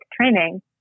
training